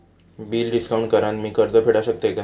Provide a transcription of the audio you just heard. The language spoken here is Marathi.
बिल डिस्काउंट करान मी कर्ज फेडा शकताय काय?